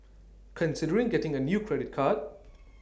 considering getting A new credit card